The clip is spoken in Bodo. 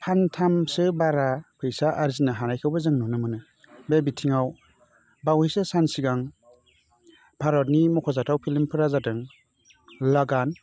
फानथामसो बारा फैसा आरजिनो हानायखौबो जों नुनो मोनो बे बिथिङाव बावैसो सान सिगां भारतनि मख'जाथाव फिल्मफोरा जादों लागान